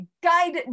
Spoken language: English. guide